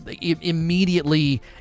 immediately